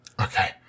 Okay